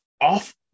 off